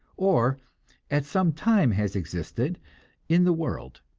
or at some time has existed in the world.